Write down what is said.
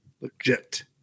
legit